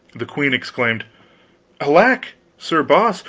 the queen exclaimed alack, sir boss,